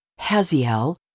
Haziel